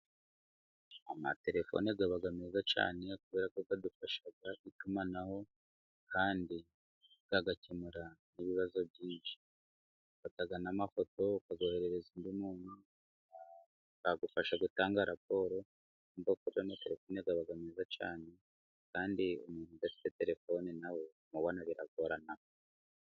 Amatelefoni aba meza cyane kuberako adufasha itumanaho kandi agakemura ibibazo byinshi ,ufata n'amafoto ukayoherereza undi muntu, yagufasha gutanga raporo, ubu bwoko bw'amatelefoni aba meza cyane kandi umuntu udafite telefone nawe kumubona biragorana.